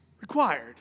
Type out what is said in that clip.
required